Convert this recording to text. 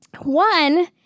One